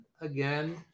again